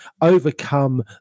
overcome